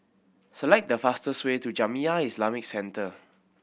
select the fastest way to Jamiyah Islamic Centre